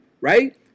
right